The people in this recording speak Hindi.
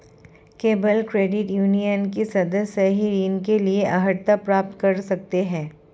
केवल क्रेडिट यूनियन के सदस्य ही ऋण के लिए अर्हता प्राप्त कर सकते हैं